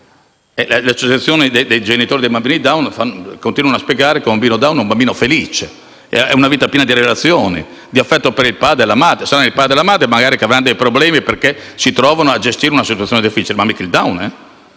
Le associazioni dei genitori dei bambini Down continuano a spiegare che un Down è un bambino felice, che conduce una vita piena di relazioni e di affetto per il padre e la madre. Saranno il padre e la madre ad avere dei problemi, perché si trovano a gestire una situazione difficile ma non il Down,